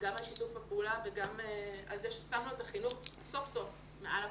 גם על שיתוף הפעולה וגם על זה ששמנו את החינוך סוף סוף מעל הכול.